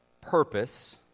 purpose